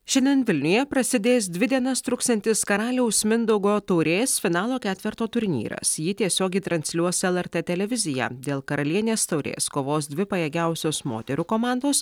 šiandien vilniuje prasidės dvi dienas truksiantis karaliaus mindaugo taurės finalo ketverto turnyras jį tiesiogiai transliuos lrt televizija dėl karalienės taurės kovos dvi pajėgiausios moterų komandos